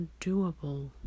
doable